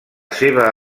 seva